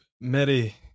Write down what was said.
Merry